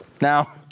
Now